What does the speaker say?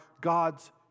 God's